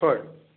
ꯍꯣꯏ